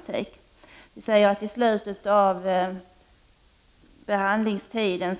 Det är viktigt att det i fråga om § 34-placeringar finns ett tillräckligt antal platser att tillgå i slutet av missbrukarnas behandlingstid, så